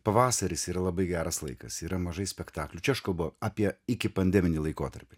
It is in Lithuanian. pavasaris yra labai geras laikas yra mažai spektaklių čia aš kalbu apie ikipandeminį laikotarpį